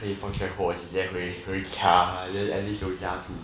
可以放学后我直接可以回回家 then at least 我有家住